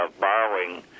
borrowing